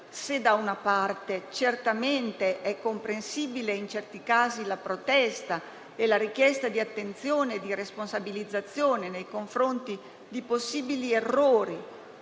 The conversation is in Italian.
se da una parte sono certamente comprensibili, in certi casi, la protesta e la richiesta di attenzione e responsabilizzazione nei confronti di possibili errori